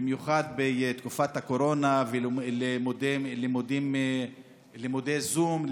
במיוחד בתקופת הקורונה ולימודי זום,